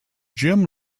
jim